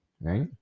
right